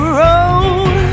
road